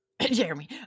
Jeremy